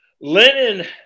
Lenin